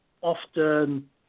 often